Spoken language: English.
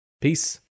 Peace